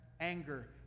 anger